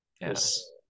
Yes